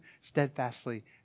steadfastly